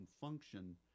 function